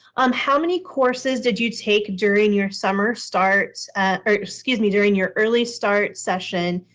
um how many courses did you take during your summer start or excuse me, during your early start session,